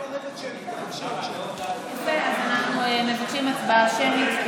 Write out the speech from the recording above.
אז אנחנו מבקשים הצבעה שמית.